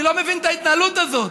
אני לא מבין את ההתנהלות הזאת.